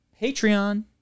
Patreon